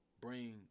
bring